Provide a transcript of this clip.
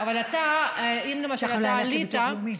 צריך ללכת לביטוח לאומי.